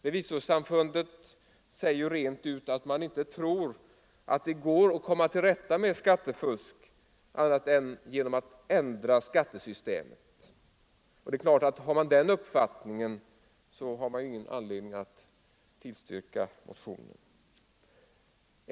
Revisorsamfundet säger rent ut att man inte tror att det går att komma till rätta med skattefusk annat än genom att ändra skattesystemet. Och det är klart att har man den uppfattningen, har man ingen anledning att tillstyrka vår motion.